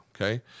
okay